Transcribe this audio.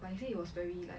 but he said it was very like